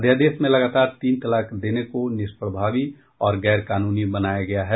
अध्यादेश में लगातार तीन तलाक देने को निष्प्रभावी और गैरकानूनी बनाया गया है